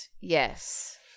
Yes